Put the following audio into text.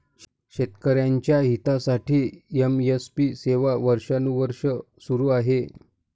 शेतकऱ्यांच्या हितासाठी एम.एस.पी सेवा वर्षानुवर्षे सुरू आहे